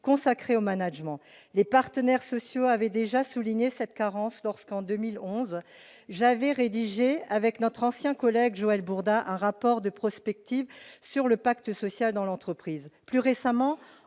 consacrés au management. Les partenaires sociaux avaient déjà souligné cette carence lorsque, en 2011, j'avais rédigé avec notre ancien collègue Joël Bourdin un rapport d'information sur la prospective sur le pacte social dans l'entreprise. Plus récemment,